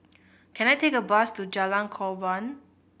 can I take a bus to Jalan Korban